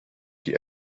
die